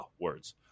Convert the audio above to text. words